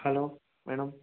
hello madam